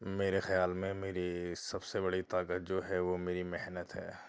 میرے خیال میں میری سب سے بڑی طاقت جو ہے وہ میری محنت ہے